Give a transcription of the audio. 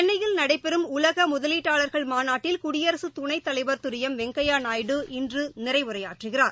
சென்னையில் நடைபெறும் உலக முதலீட்டாளர்கள் மாநாட்டில் குடியரசுத் துணைத்தலைவர் திரு எம் வெங்கையா நாயுடு இன்று நிறைவுரையாற்றுகிறார்